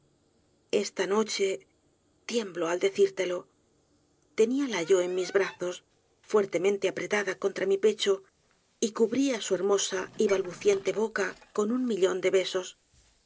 esta noche tiemblo al decírtelo teníala yo en mis brazos fuertemente apretada contra mi pecho y cubría su hermosa y balbuciente boca con un millón de besos